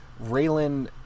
Raylan